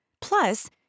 Plus